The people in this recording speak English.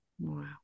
Wow